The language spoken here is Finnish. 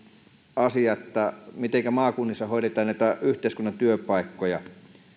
asia että mitenkä maakunnissa hoidetaan näitä yhteiskunnan työpaikkoja